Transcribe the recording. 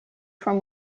from